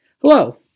Hello